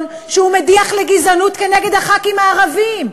שהוא מדיח לגזענות נגד חברי הכנסת הערבים.